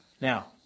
Now